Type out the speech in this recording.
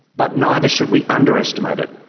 but neither should we underestimate it.